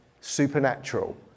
supernatural